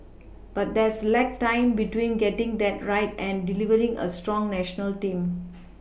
but there's lag time between getting that right and delivering a strong national team